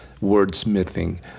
wordsmithing